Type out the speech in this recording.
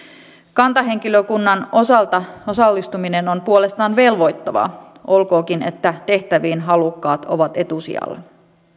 kantahenkilökunnan osalta osallistuminen on puolestaan velvoittavaa olkoonkin että tehtäviin halukkaat ovat etusijalla